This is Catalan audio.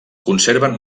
conserven